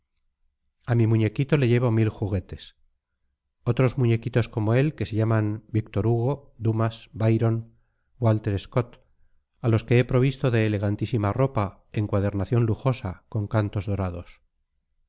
a mi muñequito le llevo mil juguetes otros muñequitos como él que se llaman víctor hugo dumas byron walter scott a los que he provisto de elegantísima ropa encuadernación lujosa con cantos dorados